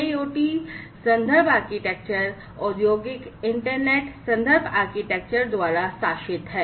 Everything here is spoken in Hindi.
IIoT reference architecture Industrial Internet Reference Architecture द्वारा शासित है